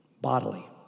bodily